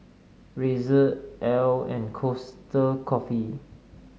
Razer Elle and Costa Coffee